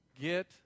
get